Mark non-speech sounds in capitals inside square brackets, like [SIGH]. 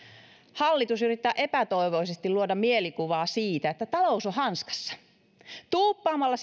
hallitus yrittää epätoivoisesti luoda mielikuvaa siitä että talous on hanskassa tuuppaamalla [UNINTELLIGIBLE]